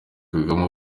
kagame